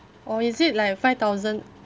or is it like five thousand